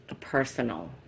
personal